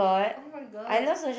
[oh]-my-god